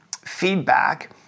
feedback